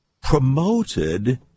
promoted